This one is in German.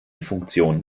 funktion